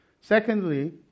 Secondly